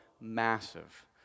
massive